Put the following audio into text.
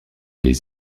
les